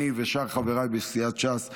אני ושאר חבריי בסיעת ש"ס,